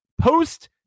Post